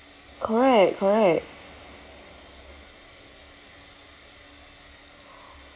correct correct